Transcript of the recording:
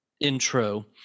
intro